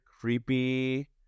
creepy